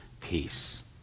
peace